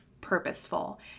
purposeful